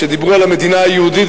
שדיברו על המדינה היהודית,